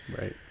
Right